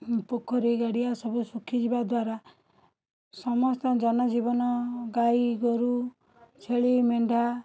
ହୁଁ ପୋଖରୀ ଗଡ଼ିଆ ସବୁ ଶୁଖିଯିବା ଦ୍ଵାରା ସମସ୍ତ ଜନଜୀବନ ଗାଈ ଗୋରୁ ଛେଳି ମେଣ୍ଢା